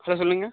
sir சொல்லுங்க